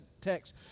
text